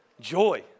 Joy